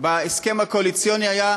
בהסכם הקואליציוני היה,